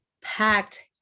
packed